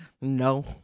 No